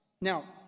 Now